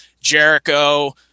Jericho